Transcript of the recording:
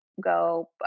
go